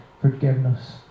forgiveness